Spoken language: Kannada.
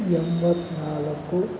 ಎಂಬತ್ತ್ನಾಲ್ಕು